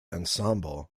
ensemble